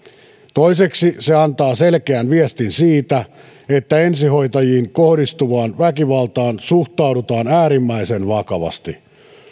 toiseksi se antaa selkeän viestin siitä että ensihoitajiin kohdistuvaan väkivaltaan suhtaudutaan äärimmäisen vakavasti